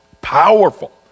powerful